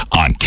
on